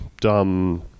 dumb